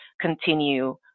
continue